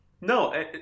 No